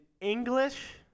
English